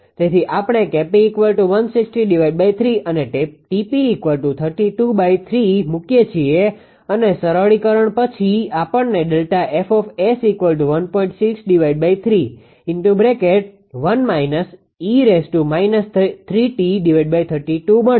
તેથી આપણે 𝐾𝑝 અને 𝑇𝑝 મુકીએ છીએ અને સરળીકરણ પછી આપણને મળશે